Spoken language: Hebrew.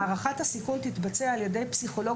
הערכת הסיכון תתבצע על ידי פסיכולוג